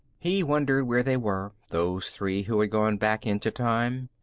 he wondered where they were, those three who had gone back into time.